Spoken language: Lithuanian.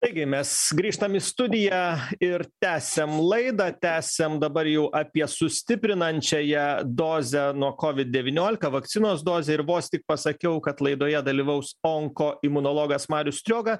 taigi mes grįžtam į studiją ir tęsiam laidą tęsiam dabar jau apie sustiprinančiąją dozę nuo kovid devyniolika vakcinos dozę ir vos tik pasakiau kad laidoje dalyvaus onkoimunologas marius strioga